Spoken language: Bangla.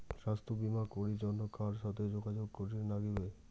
স্বাস্থ্য বিমা করির জন্যে কার সাথে যোগাযোগ করির নাগিবে?